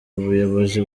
ubuyobozi